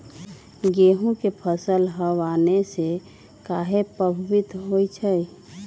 गेंहू के फसल हव आने से काहे पभवित होई छई?